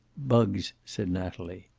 bugs, said natalie.